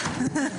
בבקשה.